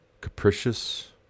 capricious